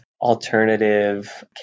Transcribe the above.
alternative